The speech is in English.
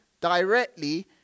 directly